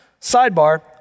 Sidebar